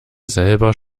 selber